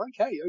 okay